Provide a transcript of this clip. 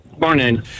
Morning